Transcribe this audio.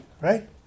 right